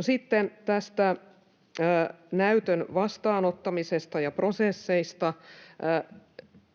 Sitten tästä näytön vastaanottamisesta ja prosesseista.